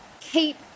keep